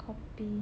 copy